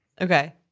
Okay